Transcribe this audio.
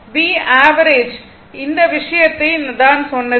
V average இந்த விஷயத்தை தான் சொன்னது